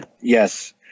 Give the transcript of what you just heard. Yes